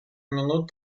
минут